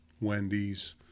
Wendy's